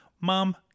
mom